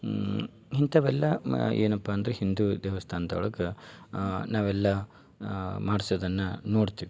ಇಂಥವೆಲ್ಲ ಮ ಏನಪ್ಪ ಅಂದರೆ ಹಿಂದೂ ದೇವಸ್ಥಾನ್ದೊಳಗೆ ನಾವೆಲ್ಲ ಮಾಡ್ಸೋದನ್ನ ನೋಡ್ತೀವಿ